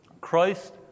Christ